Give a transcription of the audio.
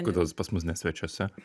kodėl jis pas mus ne svečiuose